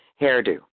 hairdo